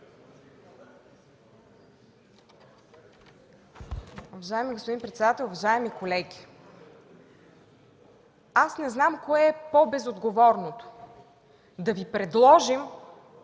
Уважаеми господин председател, уважаеми колеги! Аз не знам кое е по-безотговорното? Да Ви предложим